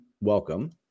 welcome